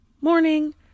morning